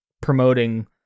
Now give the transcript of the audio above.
promoting